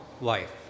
life